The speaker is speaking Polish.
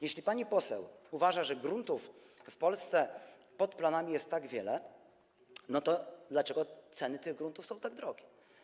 Jeśli pani poseł uważa, że gruntów w Polsce pod planami jest tak wiele, to dlaczego ceny tych gruntów są tak wysokie?